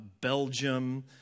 Belgium